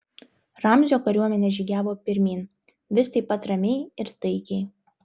ramzio kariuomenė žygiavo pirmyn vis taip pat ramiai ir taikiai